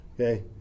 okay